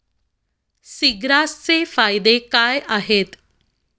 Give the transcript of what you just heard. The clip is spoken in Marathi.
सीग्रासचे फायदे काय आहेत?